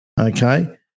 Okay